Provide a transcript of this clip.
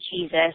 Jesus